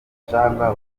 cyangwa